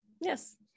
yes